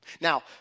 Now